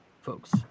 folks